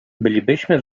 bylibyśmy